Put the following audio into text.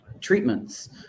treatments